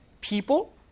people